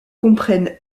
comprennent